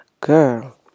Girl